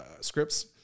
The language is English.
scripts